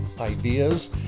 ideas